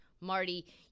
marty